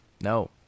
No